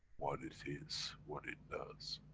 what it is, what it does.